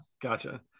Gotcha